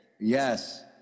Yes